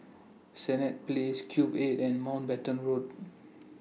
Senett Place Cube eight and Mountbatten Road